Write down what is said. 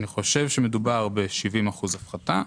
אני חושב שמדובר ב-70% הפחתה,